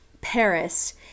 Paris